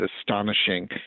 astonishing